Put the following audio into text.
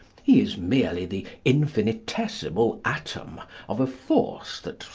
he is merely the infinitesimal atom of a force that,